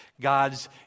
God's